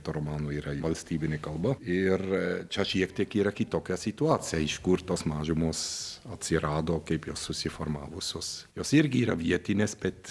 retoromano yra valstybinė kalba ir čia šiek tiek yra kitokia situacija iš kur tos mažumos atsirado kaip jos susiformavusios jos irgi yra vietinės bet